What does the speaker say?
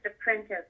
apprentice